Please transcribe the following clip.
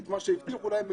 את מה שהבטיחו להם,